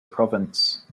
province